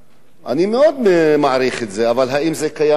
אני מאוד מעריך את זה, אבל האם זה קיים בפועל?